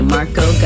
Marco